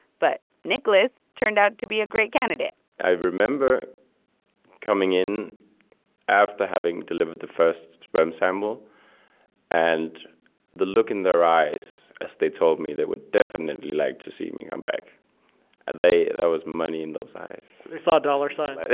but niklas turned out to be a great candidate i remember coming in after having delivered the first sperm sample and the look in their eyes as they told me they would definitely like to see me come back. and they there was money in those eyes they saw dollar signs yeah.